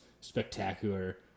spectacular